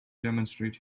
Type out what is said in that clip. demonstrate